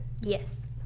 Yes